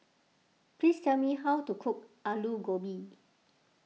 please tell me how to cook Alu Gobi